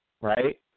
Right